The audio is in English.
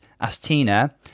Astina